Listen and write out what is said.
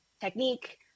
technique